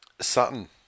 Sutton